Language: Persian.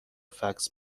فکس